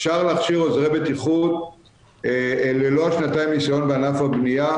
אפשר להכשיר עוזרי בטיחות ללא שנתיים ניסיון בענף הבניה.